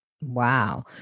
Wow